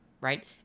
right